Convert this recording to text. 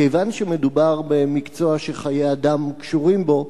כיוון שמדובר במקצוע שחיי אדם קשורים בו,